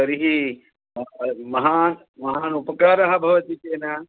तर्हि महान् महान् उपकारः भवति तेन